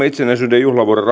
itsenäisyyden juhlavuoden